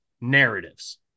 narratives